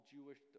Jewish